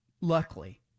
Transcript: luckily